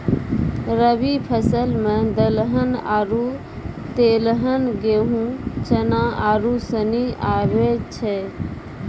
रवि फसल मे दलहन आरु तेलहन गेहूँ, चना आरू सनी आबै छै